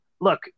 look